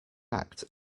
act